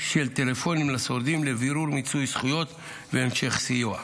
של טלפונים לשורדים לבירור מיצוי זכויות והמשך סיוע.